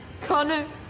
Connor